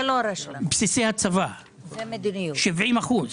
בבסיס החוק הזה,